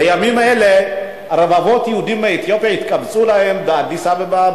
בימים אלה רבבות יהודים מאתיופיה התקבצו להם באדיס-אבבה,